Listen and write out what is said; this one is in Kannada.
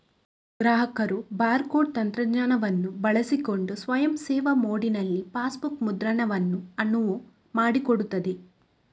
ಗ್ರಾಹಕರು ಬಾರ್ ಕೋಡ್ ತಂತ್ರಜ್ಞಾನವನ್ನು ಬಳಸಿಕೊಂಡು ಸ್ವಯಂ ಸೇವಾ ಮೋಡಿನಲ್ಲಿ ಪಾಸ್ಬುಕ್ ಮುದ್ರಣವನ್ನು ಅನುವು ಮಾಡಿಕೊಡುತ್ತದೆ